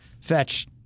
fetch